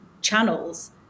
channels